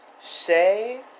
Say